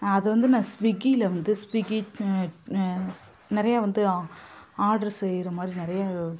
அதுவந்து நான் ஸ்விக்கியில வந்து ஸ்விக்கி நிறைய வந்து ஆர்டர்ஸ் செய்கிற மாதிரி நிறைய